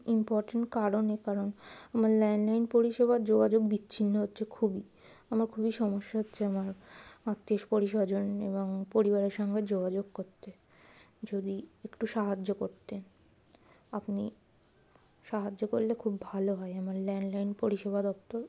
important কারণ এ কারণ আমার ল্যান্ডলাইন পরিষেবার যোগাযোগ বিচ্ছিন্ন হচ্ছে খুবই আমার খুবই সমস্যা হচ্ছে আমার আত্মীয় পরিস্বজন এবং পরিবারের সঙ্গে যোগাযোগ করতে যদি একটু সাহায্য করতেন আপনি সাহায্য করলে খুব ভালো হয় আমার ল্যান্ডলাইন পরিষেবা দপ্তর